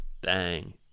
bang